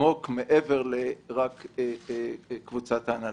עמוק מעבר לקבוצת ההנהלה.